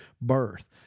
birth